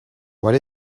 what